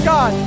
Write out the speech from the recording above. God